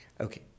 Okay